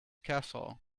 castle